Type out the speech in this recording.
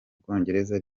bwongereza